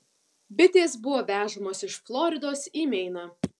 bitės buvo vežamos iš floridos į meiną